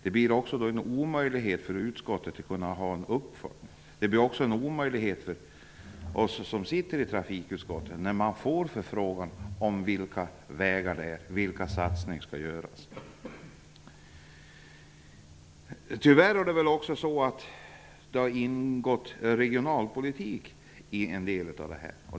Det blir också en omöjlighet för utskottet att kunna göra en uppföljning eller för oss som sitter i trafikutskottet att svara på förfrågan om vilka vägar det handlar om, vilka satsningar som skall göras. Tyvärr har det väl också ingått regionalpolitik i en del av det här.